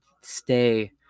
stay